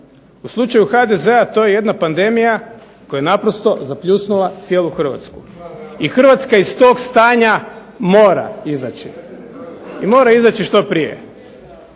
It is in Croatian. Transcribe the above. U slučaju HDZ-a to je jedna pandemija koja je naprosto zapljusnula cijelu Hrvatsku i Hrvatska iz tog stanja mora izaći i mora izaći što prije.